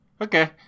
Okay